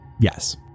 Yes